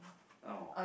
oh